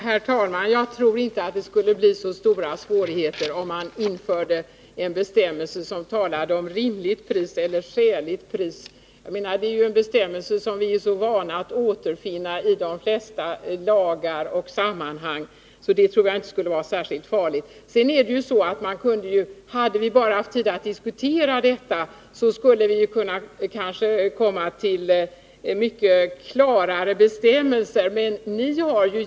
Herr talman! Jag tror inte att det skulle bli så stora svårigheter om man införde en bestämmelse som talade om rimligt pris eller skäligt pris. Det är ju en bestämmelse som vi är vana att återfinna i de flesta lagar och andra sammanhang, så det tror jag inte skulle vara särskilt farligt. Hade vi bara haft tid att diskutera detta, skulle vi kanske ha kunnat komma fram till mycket klarare bestämmelser.